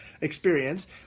experience